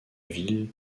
ville